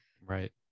Right